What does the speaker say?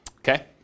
Okay